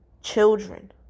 children